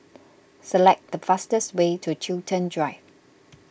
select the fastest way to Chiltern Drive